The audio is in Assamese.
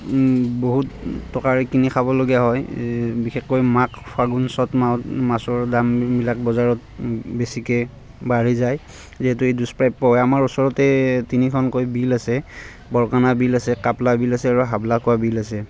বহুত টকাৰে কিনি খাবলগীয়া হয় এই বিশেষকৈ মাঘ ফাগুণ চ'ত মাহত মাছৰ দামবিলাক বজাৰত বেছিকৈ বাঢ়ি যায় যে এইটো দুষ্প্ৰাপ্য হয় আমাৰ ওচৰতে তিনিখনকৈ বিল আছে বৰকণা বিল আছে কাপলা বিল আছে আৰু হাবলাকোৱা বিল আছে